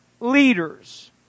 leaders